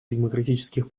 демократических